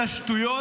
את השטויות